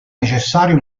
necessario